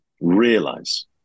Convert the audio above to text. realize